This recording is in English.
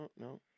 no